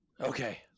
Okay